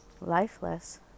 lifeless